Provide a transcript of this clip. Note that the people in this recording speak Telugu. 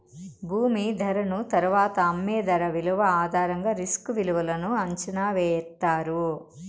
భూమి ధరను తరువాత అమ్మే ధర విలువ ఆధారంగా రిస్క్ విలువను అంచనా ఎత్తారు